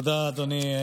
תודה, אדוני.